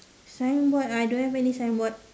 sign board I don't have any sign board